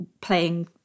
playing